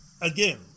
again